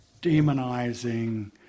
demonizing